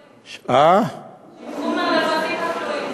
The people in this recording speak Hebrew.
שייקחו מהרווחים הכלואים.